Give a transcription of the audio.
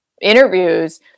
interviews